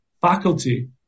faculty